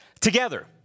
together